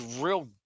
real